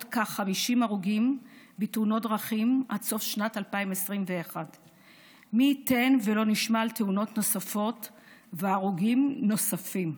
עוד כ-50 הרוגים בתאונות דרכים עד סוף שנת 2021. מי ייתן ולא נשמע על תאונות נוספות והרוגים נוספים,